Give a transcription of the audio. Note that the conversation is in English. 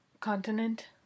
Continent